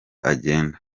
agenda